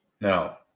Now